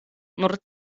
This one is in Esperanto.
nur